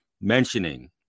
mentioning